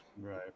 Right